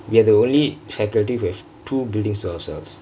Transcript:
we are the only faculty who have two buildingks to ourselves